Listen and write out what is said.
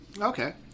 Okay